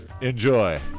enjoy